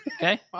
Okay